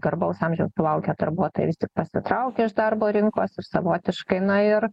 garbaus amžiaus sulaukę darbuotojai vistik pasitraukė iš darbo rinkos ir savotiškai na ir